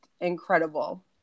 incredible